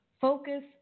focus